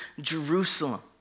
Jerusalem